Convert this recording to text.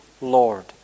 Lord